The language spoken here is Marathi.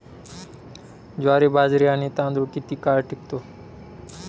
ज्वारी, बाजरी आणि तांदूळ किती काळ टिकतो?